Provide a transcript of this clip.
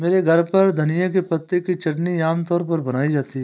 मेरे घर पर धनिए के पत्तों की चटनी आम तौर पर बनाई जाती है